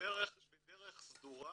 --- בדרך סדורה